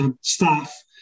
staff